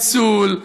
מדובר בניצול,